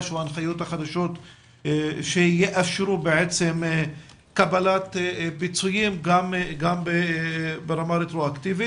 או ההנחיות החדשות שיאפשרו קבלת פיצויים גם ברמה רטרואקטיבית.